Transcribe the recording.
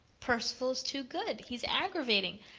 perceval is too good. he's aggravating.